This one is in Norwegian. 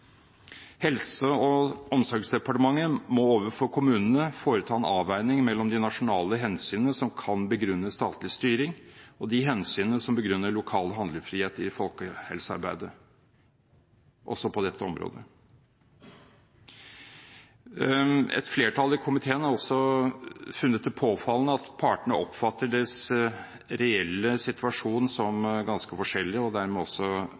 Helse- og omsorgsdepartementet må overfor kommunene foreta en avveining mellom de nasjonale hensynene som kan begrunne statlig styring, og de hensynene som begrunner lokal handlefrihet i folkehelsearbeidet, også på dette området. Et flertall i komiteen har også funnet det påfallende at partene oppfatter sin reelle situasjon som ganske forskjellig og dermed også